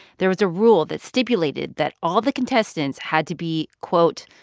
there was a rule that stipulated that all the contestants had to be, quote,